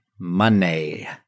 money